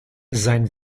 sein